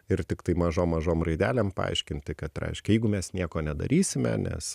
ir tiktai mažom mažom raidelėm paaiškinti kad reiškia jeigu mes nieko nedarysime nes